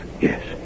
Yes